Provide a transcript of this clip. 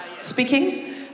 speaking